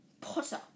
Potter